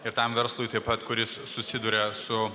ir tam verslui taip pat kuris susiduria su